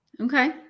okay